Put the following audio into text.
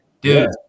dude